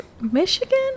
Michigan